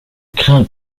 crains